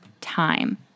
time